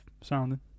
sounding